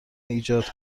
ایجاد